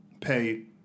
pay